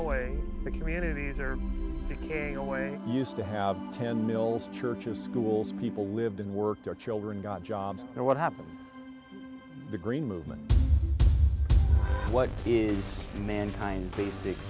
away the communities are decaying away used to have ten mills churches schools people lived in work their children got jobs and what happened the green movement what is mankind basic